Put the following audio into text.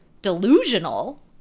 delusional